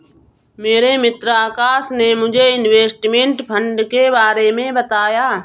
मेरे मित्र आकाश ने मुझे इनवेस्टमेंट फंड के बारे मे बताया